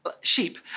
sheep